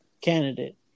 candidate